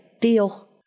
Deal